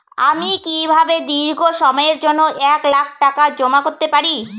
আমি কিভাবে দীর্ঘ সময়ের জন্য এক লাখ টাকা জমা করতে পারি?